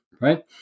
right